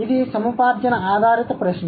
ఇది సముపార్జన ఆధారిత ప్రశ్న